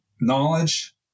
knowledge